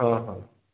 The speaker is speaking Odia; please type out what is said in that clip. ହଁ ହଁ